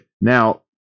Now